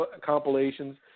compilations